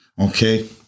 Okay